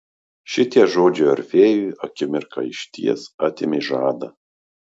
šitie žodžiai orfėjui akimirką išties atėmė žadą